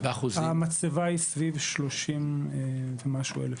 המצבה היא סביב שלושים ומשהו אלף.